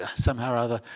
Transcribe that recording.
ah somehow or other,